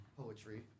poetry